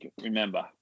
remember